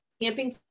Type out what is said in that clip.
Camping